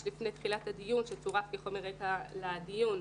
לפני תחילת הדיון שצורף כחומר רקע לדיון,